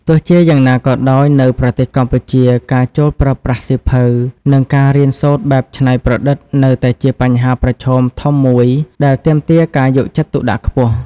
ទោះជាយ៉ាងណាក៏ដោយ នៅប្រទេសកម្ពុជា ការចូលប្រើប្រាស់សៀវភៅ និងការរៀនសូត្របែបច្នៃប្រឌិតនៅតែជាបញ្ហាប្រឈមធំមួយដែលទាមទារការយកចិត្តទុកដាក់ខ្ពស់។